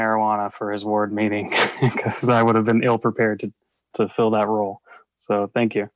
marijuana for his ward meeting i would have been ill prepared to fill that role so thank you